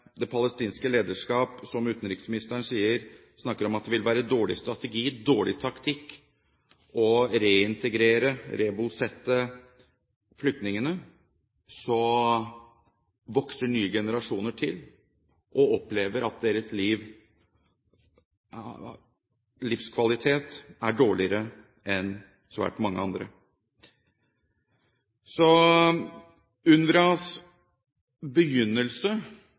det palestinske lederskap, som utenriksministeren sier, snakker om at det vil være dårlig strategi, dårlig taktikk å reintegrere – rebosette – flyktningene, vokser nye generasjoner til og opplever at deres livskvalitet er dårligere enn svært mange andres. UNRWAs begynnelse